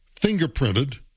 fingerprinted